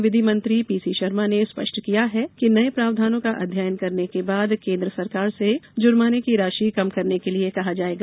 वहीं विधि मंत्री पीसी शर्मा ने स्पष्ट किया है कि नये प्रावधानों का अध्ययन करने के बाद केन्द्र सरकार से जुर्माने की राशि कम करने के लिये कहा जाएगा